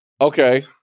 Okay